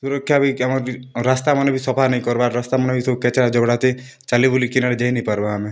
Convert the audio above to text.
ସୁରକ୍ଷା ବି ଆମର୍ ରାସ୍ତାମାନେ ବି ସଫା ନେଇଁ କର୍ବାର୍ ରାସ୍ତାମାନେ ବି ସବୁ କେଚ୍ଡ଼ା ଜବ୍ଡ଼ା ହେଇଛେ ଚାଲି ବୁଲି କେନ୍ ଆଡ଼େ ଯାଇ ନେଇଁ ପାର୍ବା ଆମେ